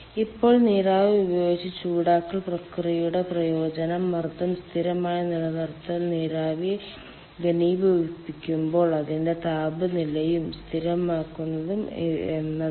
ഇപ്പോൾ നീരാവി ഉപയോഗിച്ച് ചൂടാക്കൽ പ്രക്രിയയുടെ പ്രയോജനം മർദ്ദം സ്ഥിരമായി നിലനിർത്തിയാൽ നീരാവി ഘനീഭവിക്കുമ്പോൾ അതിന്റെ താപനിലയും സ്ഥിരമായിരിക്കും എന്നതാണ്